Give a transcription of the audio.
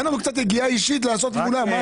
שזה רק מעכשיו ואילך.